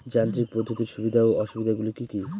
যান্ত্রিক পদ্ধতির সুবিধা ও অসুবিধা গুলি কি কি?